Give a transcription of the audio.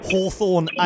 Hawthorne